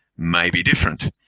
maybe different.